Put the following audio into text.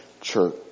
church